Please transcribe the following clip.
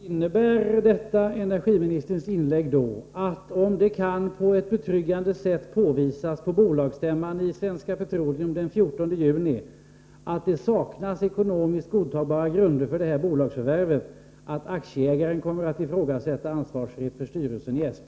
Herr talman! Innebär energiministerns senaste inlägg att aktieägaren — om det på ett betryggande sätt kan påvisas på bolagsstämman i Svenska Petroleum den 14 juni att det saknas ekonomiskt godtagbara grunder för detta bolags förvärv — kommer att ifrågasätta ansvarsfrihet för styrelsen i SP?